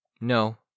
No